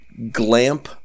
glamp